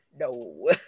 No